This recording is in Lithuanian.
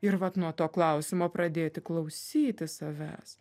ir vat nuo to klausimo pradėti klausytis savęs